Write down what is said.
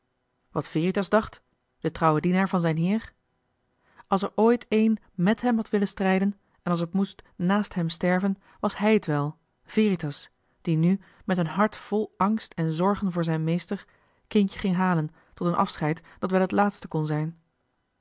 wat veritas dacht de trouwe dienaar van zijn heer als er ooit een mèt hem had willen strijden en als het moest naast hem sterven was hij het wel veritas die nu met een hart vol angst en zorgen voor zijn meester kindje ging halen tot een afscheid dat wel het laatste kon zijn